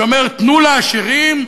שאומרת: תנו לעשירים.